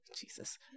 Jesus